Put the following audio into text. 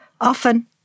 Often